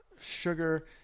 sugar